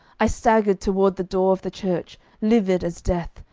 i staggered toward the door of the church, livid as death,